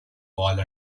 fall